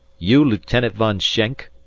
you lieutenant von schenk?